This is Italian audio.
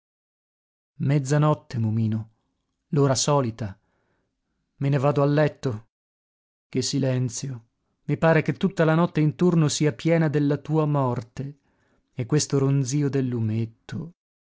mezzanotte momino l'ora solita me ne vado a letto che silenzio i pare che tutta la notte intorno sia piena della tua morte e questo ronzio del lumetto